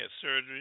surgery